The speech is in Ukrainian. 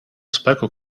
спеку